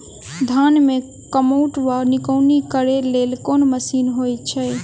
धान मे कमोट वा निकौनी करै लेल केँ मशीन होइ छै?